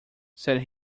said